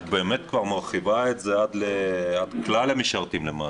את באמת כבר מרחיבה את זה עד כלל המשרתים למעשה.